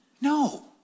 No